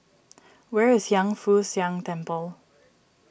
where is Hiang Foo Siang Temple